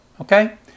okay